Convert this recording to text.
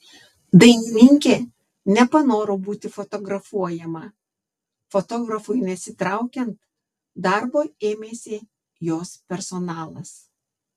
dainininkė nepanoro būti fotografuojama fotografui nesitraukiant darbo ėmėsi jos personalas